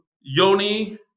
Yoni